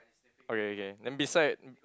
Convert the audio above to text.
okay okay then beside